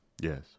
yes